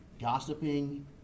gossiping